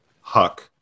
Huck